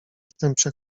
jestem